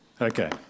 Okay